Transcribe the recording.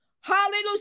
Hallelujah